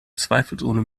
zweifelsohne